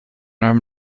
robin